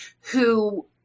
who-